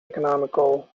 economical